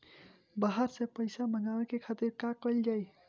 बाहर से पइसा मंगावे के खातिर का कइल जाइ?